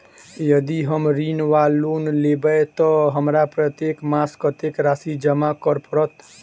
यदि हम ऋण वा लोन लेबै तऽ हमरा प्रत्येक मास कत्तेक राशि जमा करऽ पड़त?